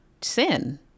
sin